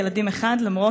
שאילתות.